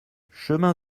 chemin